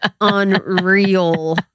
unreal